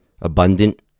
abundant